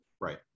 Right